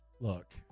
look